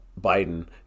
Biden